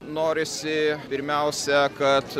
norisi pirmiausia kad